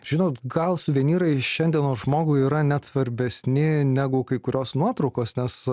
žinot gal suvenyrai šiandienos žmogui yra net svarbesni negu kai kurios nuotraukos nes